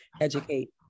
educate